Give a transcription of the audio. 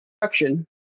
production